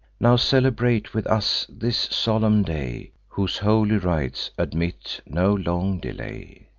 now celebrate with us this solemn day, whose holy rites admit no long delay.